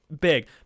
big